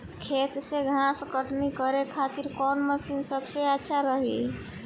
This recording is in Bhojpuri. खेत से घास कटनी करे खातिर कौन मशीन सबसे अच्छा रही?